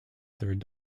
third